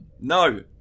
No